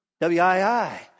W-I-I